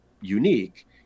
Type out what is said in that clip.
unique